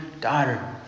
daughter